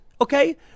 Okay